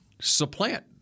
supplant